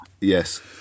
Yes